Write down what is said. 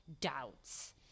doubts